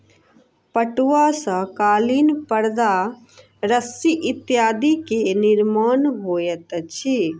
पटुआ सॅ कालीन परदा रस्सी इत्यादि के निर्माण होइत अछि